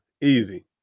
easy